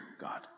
God